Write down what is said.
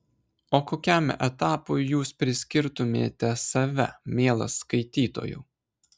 o kokiam etapui jūs priskirtumėte save mielas skaitytojau